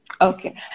okay